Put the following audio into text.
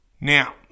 Now